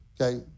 okay